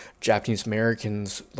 Japanese-Americans